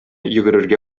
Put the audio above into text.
йөгерергә